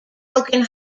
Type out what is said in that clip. broken